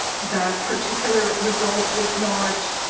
that particular result was not